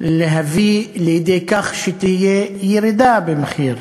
לידי כך שתהיה ירידה במחיר,